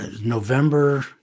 November